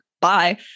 Bye